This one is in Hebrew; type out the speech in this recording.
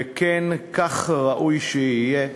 וכן, כך ראוי שיהיה.